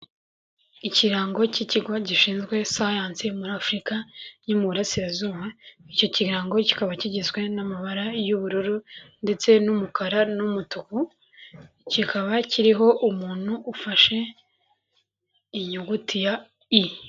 Ikirango cy'ikigo gishinzwe science muri Afurika yo muburasirazuba, icyo kirango kikaba kigizwe n'amabara y'ubururu ndetse n'umukara n'umutuku, kikaba kiriho umuntu ufashe inyuguti ya i.